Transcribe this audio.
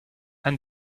and